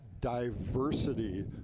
diversity